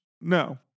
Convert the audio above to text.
no